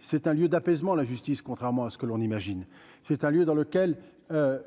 c'est un lieu d'apaisement, la justice, contrairement à ce que l'on imagine, c'est un lieu dans lequel